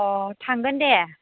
अ' थांगोन दे